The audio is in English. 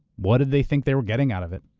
what did they think they were getting out of it?